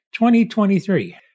2023